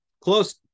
close